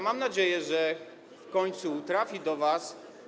Mam nadzieję, że w końcu trafi do was.